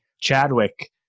Chadwick